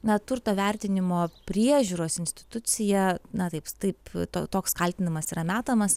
na turto vertinimo priežiūros institucija na taip taip to toks kaltinimas yra metamas